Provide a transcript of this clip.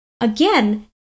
Again